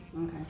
Okay